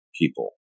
people